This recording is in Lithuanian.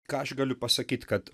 ką aš galiu pasakyti kad